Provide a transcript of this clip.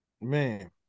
Man